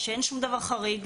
שאין שום דבר חריג,